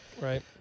Right